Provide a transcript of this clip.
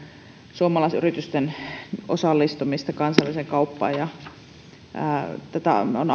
suomalaisyritysten osallistumista kansainväliseen kauppaan tätä on